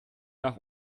nach